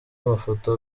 amafoto